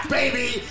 baby